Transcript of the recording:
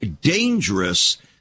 dangerous